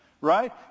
right